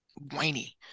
whiny